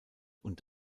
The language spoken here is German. und